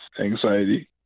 anxiety